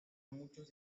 muchos